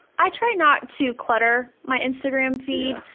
i try not to clutter my instagram feed.